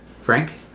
Frank